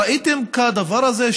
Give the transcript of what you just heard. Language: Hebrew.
ראיתם כדבר הזה?